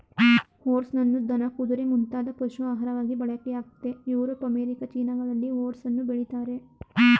ಓಟ್ಸನ್ನು ದನ ಕುದುರೆ ಮುಂತಾದ ಪಶು ಆಹಾರವಾಗಿ ಬಳಕೆಯಾಗ್ತಿದೆ ಯುರೋಪ್ ಅಮೇರಿಕ ಚೀನಾಗಳಲ್ಲಿ ಓಟ್ಸನ್ನು ಬೆಳಿತಾರೆ